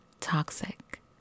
toxic